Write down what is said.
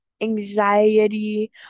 anxiety